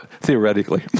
theoretically